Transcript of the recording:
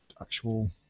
actual